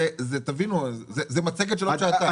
תבינו, זה מצגת של עוד שעתיים.